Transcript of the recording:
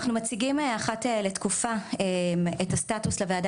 אנחנו מציגים אחת לתקופה את הסטטוס לוועדה